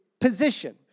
position